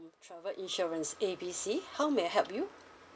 travel insurance A B C how may I help you